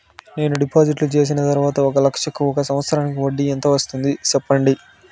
నేను డిపాజిట్లు చేసిన తర్వాత ఒక లక్ష కు ఒక సంవత్సరానికి వడ్డీ ఎంత వస్తుంది? సెప్పండి?